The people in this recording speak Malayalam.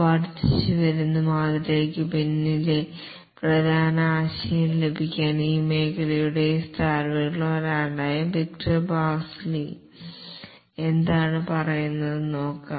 വർദ്ധിച്ചുവരുന്ന മാതൃകക്ക് പിന്നിലെ പ്രധാന ആശയം ലഭിക്കാൻ ഈ മേഖലയുടെ സ്ഥാപകരിലൊരാളായ വിക്ടർ ബാസിലി എന്താണ് പറയുന്നതെന്ന് നോക്കാം